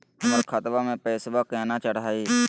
हमर खतवा मे पैसवा केना चढाई?